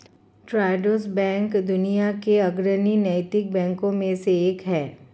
Triodos bank दुनिया के अग्रणी नैतिक बैंकों में से एक है